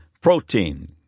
protein